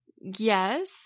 yes